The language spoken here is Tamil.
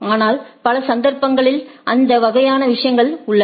ஆனால் பல சந்தர்ப்பங்களில் அந்த வகையான விஷயங்கள் உள்ளன